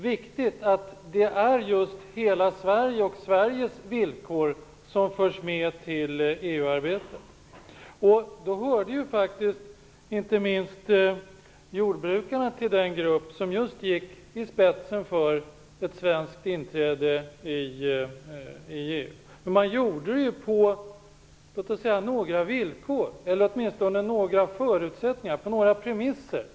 Vi tycker att det är viktigt att hela Sveriges villkor tas med i EU-arbetet. Inte minst jordbrukarna hörde till den grupp som just gick i spetsen för ett svenskt inträde i EU, och man gjorde det på några premisser.